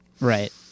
Right